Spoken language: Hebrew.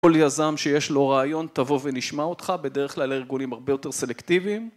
כל יזם שיש לו רעיון תבוא ונשמע אותך, בדרך כלל הארגונים הרבה יותר סלקטיביים.